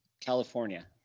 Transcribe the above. California